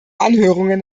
anhörungen